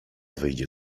wyjdzie